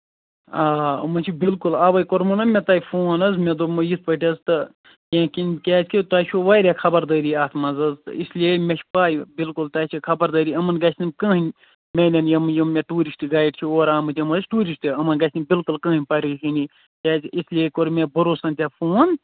آ آ یِمَن چھُ بِلکُل اوے کوٚرمَو نا مےٚ تۄہہِ فون حظ مےٚ دوٚپمو یِتھٕ پٲٹھۍ حظ تہٕ میٛٲنۍ کِنۍ کیٛازِ کہِ تۄہہِ چھُو واریاہ خبردٲری اَتھ منٛز حظ اس لیے مےٚ چھِ پَے بِلکُل تۄہہِ چھےٚ خبردٲری یِمَن گژھِ نہٕ کٔہیٖنٛۍ میٛانیٚن یِم یِم مےٚ ٹوٗرِسٹ گرِ چھِ اور آمٕتۍ یِم ٲسۍ ٹوٗرِسٹہٕ یِمن گژھِ نہٕ بِلکُل کٔہیٖنٛۍ پَریشٲنی کیٛازِ اس لیے کوٚر مےٚ بَروسَہٕ ژےٚ فون